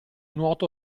nuoto